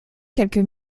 quelques